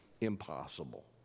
impossible